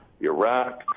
Iraq